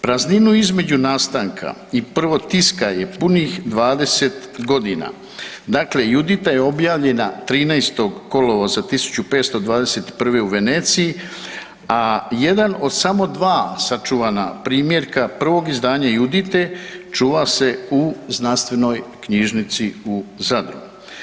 Prazninu između nastanka i prvog tiska je punih 20 g., dakle „Judita“ je objavljena 13. kolovoza 1501. u Veneciji a jedan od samo dva sačuvana primjerka prvog izdanja „Judite“ čuva se u znanstvenoj knjižnici u Zadru.